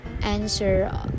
answer